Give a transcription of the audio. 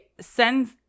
sends